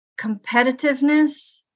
competitiveness